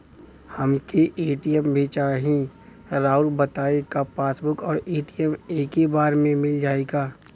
हमके ए.टी.एम भी चाही राउर बताई का पासबुक और ए.टी.एम एके बार में मील जाई का?